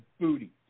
booty